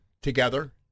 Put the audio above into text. together